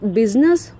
business